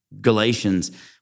Galatians